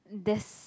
there's